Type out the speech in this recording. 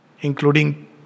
including